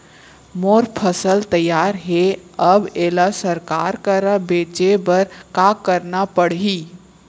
मोर फसल तैयार हे अब येला सरकार करा बेचे बर का करना पड़ही?